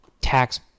tax